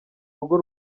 rugo